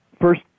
first